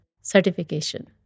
certification